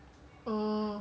orh